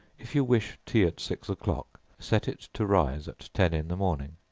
if you wish tea at six o'clock, set it to rise at ten in the morning.